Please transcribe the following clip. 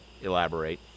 elaborate